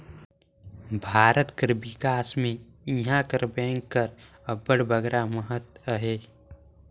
भारत कर बिकास में इहां कर बेंक कर अब्बड़ बगरा महत अहे